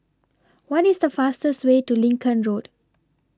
What IS The fastest Way to Lincoln Road